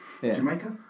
Jamaica